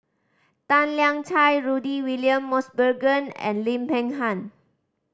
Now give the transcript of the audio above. Tan Lian Chye Rudy William Mosbergen and Lim Peng Han